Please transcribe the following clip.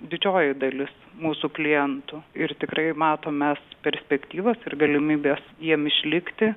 didžioji dalis mūsų klientų ir tikrai matom mes perspektyvas ir galimybes jiem išlikti